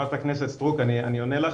חה"כ סטרוק אני עונה לך,